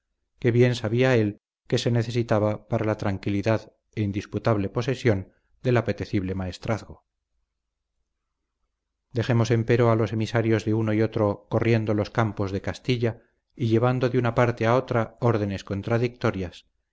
que bien sabía él que se necesitaba para la tranquilidad e indisputable posesión del apetecible maestrazgo dejemos empero a los emisarios de uno y otro corriendo los campos de castilla y llevando de una parte a otra órdenes contradictorias